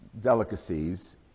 delicacies